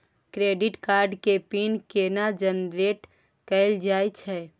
Credit card के pin केना generate कैल जाए छै?